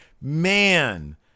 man